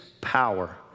power